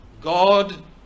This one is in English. God